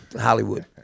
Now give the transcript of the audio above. Hollywood